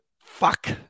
Fuck